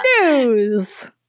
news